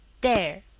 There